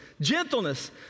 gentleness